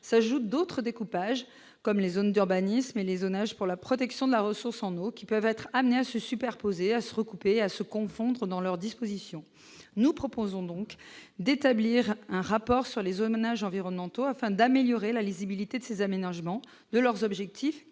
s'ajoutent d'autres découpages comme les zones d'urbanisme et les zonages pour la protection de la ressource en eau qui peuvent être amenés à se superposer à se regrouper, à se confondre dans leurs dispositions, nous proposons donc d'établir un rapport sur les zonages environnementaux afin d'améliorer la lisibilité de ces aménagements de leurs objectifs